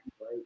right